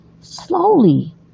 Slowly